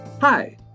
Hi